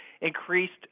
increased